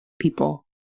people